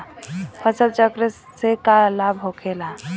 फसल चक्र से का लाभ होखेला?